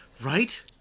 Right